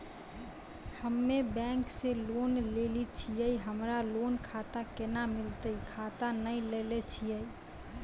हम्मे बैंक से लोन लेली छियै हमरा लोन खाता कैना मिलतै खाता नैय लैलै छियै?